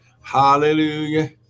hallelujah